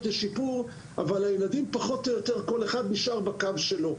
לשיפור אבל כל אחד מהילדים פחות או יותר נשאר בקו שלו.